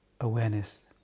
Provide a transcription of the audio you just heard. awareness